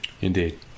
Indeed